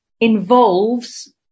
involves